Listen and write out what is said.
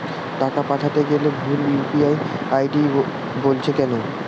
টাকা পাঠাতে গেলে ভুল ইউ.পি.আই আই.ডি বলছে কেনো?